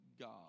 God